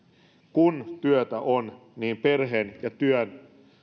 kun työtä on niin perheen ja työn